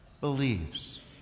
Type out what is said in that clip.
believes